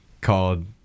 called